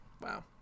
Wow